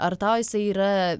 ar tau jisai yra